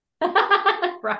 Right